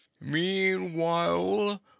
meanwhile